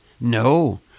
No